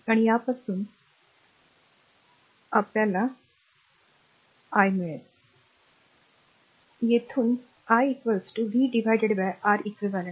आणि यापासून आणि या r मधून जे फक्त धरून आहे मी हे स्वच्छ करतो